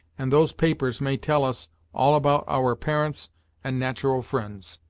and those papers may tell us all about our parents and natural friends.